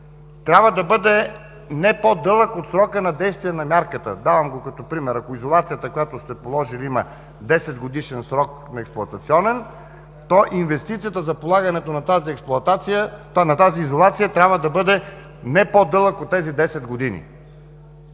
трябва да бъде не по-дълъг от срока на действие на мярката. Давам го като пример. Ако изолацията, която сте положили, има 10-годишен експлоатационен срок, то инвестицията за полагането на тази изолация трябва да бъде не по-дълъг от тези 10 години.